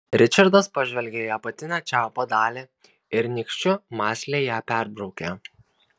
ričardas pažvelgė į apatinę čiaupo dalį ir nykščiu mąsliai ją perbraukė